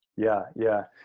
yeah, yeah.